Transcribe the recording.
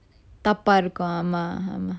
தப்பா இருக்கும் ஆமா ஆமா:thappa irukkum aama aama